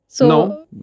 No